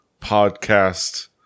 Podcast